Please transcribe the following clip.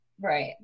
Right